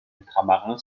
ultramarins